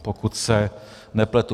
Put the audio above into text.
Pokud se nepletu.